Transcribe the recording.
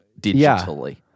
digitally